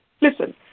Listen